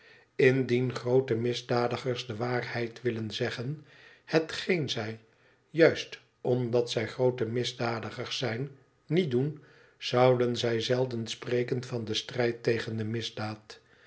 indien groote misdadigers de waarheid wilden zeggen hetgeen zij juist omdat zij groote misdadigers zijn niet doen zouden zij zelden spreken van den strijd tegen de misdaad